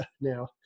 now